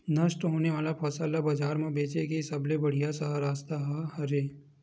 नष्ट होने वाला फसल ला बाजार मा बेचे के सबले बढ़िया रास्ता का हरे?